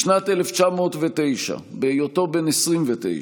בשנת 1909, בהיותו בן 29,